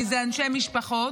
כי אלה אנשי משפחות.